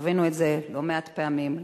חווינו את זה לא מעט פעמים,